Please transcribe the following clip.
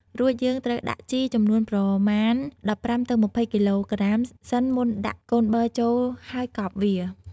រួចយើងត្រូវដាក់ជីចំនួនប្រមាណ ១៥ ទៅ ២០ គីឡូក្រាមសិនមុនដាក់កូនប័រចូលហើយកប់វា។